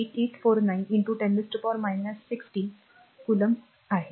849 10 16 coulomb आहे